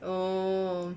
oh